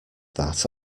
that